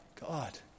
God